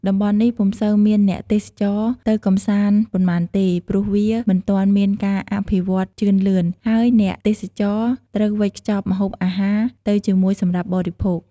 តំបន់នេះពុំសូវមានអ្នកទេសចរទៅកម្សាន្តប៉ុន្មានទេ ព្រោះវាមិនទាន់មានការអភិវឌ្ឍជឿនលឿន ហើយអ្នកទេសចរត្រូវវេចខ្ចប់ម្ហូបអាហារទៅជាមួយសម្រាប់បរិភោគ។